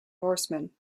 horseman